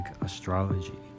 astrology